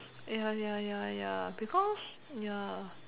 ya ya ya ya because ya